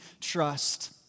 trust